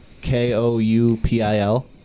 K-O-U-P-I-L